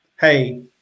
hey